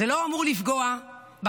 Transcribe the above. זה לא אמור לפגוע בחסר,